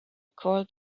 called